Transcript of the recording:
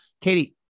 katie